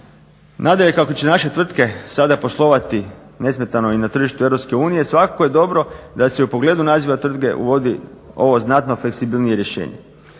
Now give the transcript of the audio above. Nadalje, kako će naše tvrtke sada poslovati nesmetano i na tržištu EU svakako je dobro da se u pogledu naziva tvrtke uvodi ovo znatno fleksibilnije rješenje.